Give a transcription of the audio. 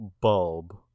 bulb